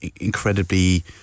incredibly